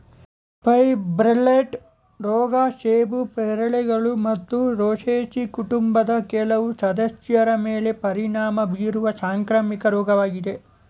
fire blight ರೋಗ ಸೇಬು ಪೇರಳೆಗಳು ಮತ್ತು ರೋಸೇಸಿ ಕುಟುಂಬದ ಕೆಲವು ಸದಸ್ಯರ ಮೇಲೆ ಪರಿಣಾಮ ಬೀರುವ ಸಾಂಕ್ರಾಮಿಕ ರೋಗವಾಗಿದೆ